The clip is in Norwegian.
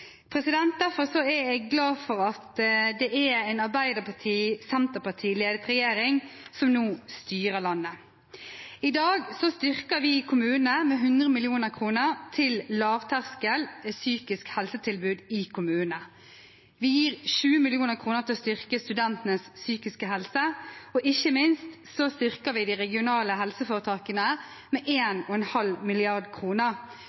Derfor er jeg glad for at det er en Arbeiderparti–Senterparti-regjering som nå styrer landet. I dag styrker vi kommunene med 100 mill. kr til lavterskel psykisk helsetilbud i kommunene. Vi gir 20 mill. kr til å styrke studentenes psykiske helse. Ikke minst styrker vi de regionale helseforetakene med